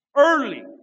Early